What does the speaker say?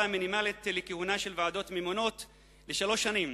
המינימלית לכהונה של ועדות ממונות לשלוש שנים,